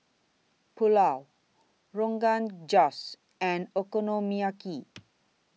Pulao Rogan Josh and Okonomiyaki